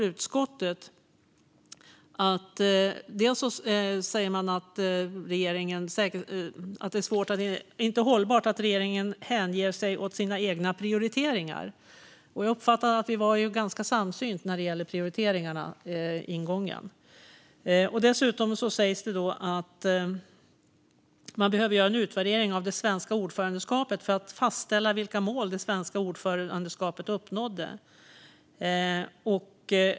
Utskottet säger att det inte är hållbart att regeringen hänger sig åt sina egna prioriteringar. Men jag har uppfattat att vi varit ganska samsynta gällande prioriteringarna och ingången. Dessutom sägs det att man behöver göra en utvärdering av det svenska ordförandeskapet för att fastställa vilka mål det svenska ordförandeskapet uppnådde.